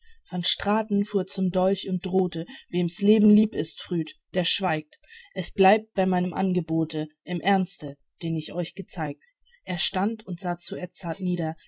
van straten fuhr zum dolch und drohte wem's leben lieb ist früd der schweigt es bleibt bei meinem angebote im ernste den ich euch gezeigt er stand und sah auf edzard nieder